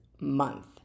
Month